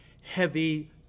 heavy